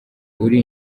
uri